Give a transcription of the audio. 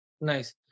Nice